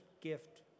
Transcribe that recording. gift